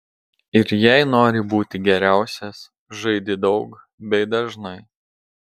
ir jei nori būti geriausias žaidi daug bei dažnai